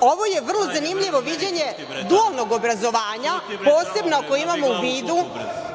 Ovo je vrlo zanimljivo viđenje dualnog obrazovanja, posebno ako imamo u vidu